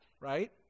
right